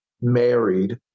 married